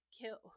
kill